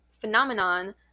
phenomenon